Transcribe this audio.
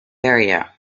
area